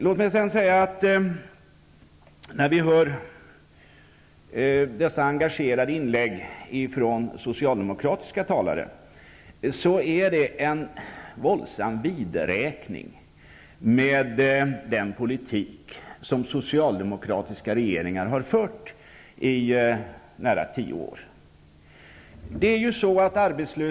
Låt mig sedan säga att när vi hör dessa engagerade inlägg ifrån socialdemokratiska talare, så finner vi en våldsam vidräkning med den politik som socialdemokratiska regeringar har fört i nära tio år.